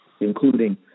including